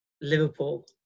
Liverpool